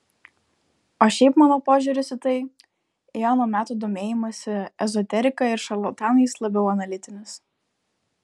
o šiaip mano požiūris į tai į ano meto domėjimąsi ezoterika ir šarlatanais labiau analitinis